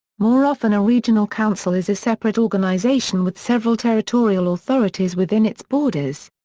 more often a regional council is a separate organisation with several territorial authorities within its borders.